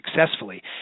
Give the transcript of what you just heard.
successfully